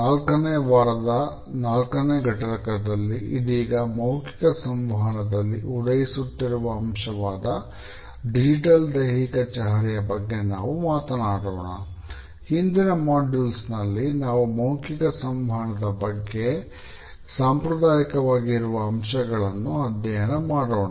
ನಾಲ್ಕನೇ ವಾರದ ನಾಲ್ಕನೇ ಘಟಕದಲ್ಲಿ ಇದೀಗ ಮೌಖಿಕ ಸಂವಹನದಲ್ಲಿ ಉದಯಿಸುತ್ತಿರುವ ಅಂಶವಾದ ಡಿಜಿಟಲ್ ದೈಹಿಕ ಚಹರೆಯ ನಾವು ಮೌಖಿಕ ಸಂವಹನದ ಜೊತೆಗೆ ಸಾಂಪ್ರದಾಯಿಕವಾಗಿ ಇರುವ ಅಂಶಗಳನ್ನು ಅಧ್ಯಯನ ಮಾಡೋಣ